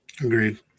Agreed